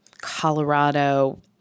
Colorado